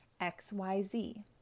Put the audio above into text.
X-Y-Z